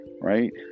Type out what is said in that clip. Right